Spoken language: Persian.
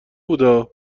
بودا